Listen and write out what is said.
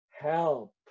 help